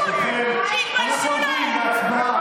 איפה חברי הכנסת מהליכוד?